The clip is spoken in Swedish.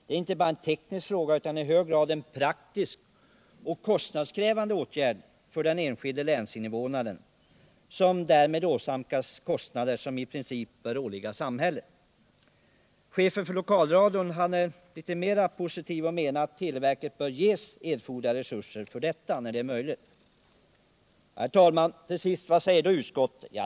Det är inte bara en teknisk fråga, utan det gäller en i hög grad praktisk och kostnadskrävande åtgärd för den enskilde länsinvånaren, som därmed åsamkas kostnader som i princip bör åligga samhället. Chefen för lokalradion är litet mera positiv och menar att televerket bör ges erforderliga resurser för detta när det är möjligt. Vad säger då utskottet?